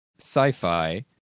sci-fi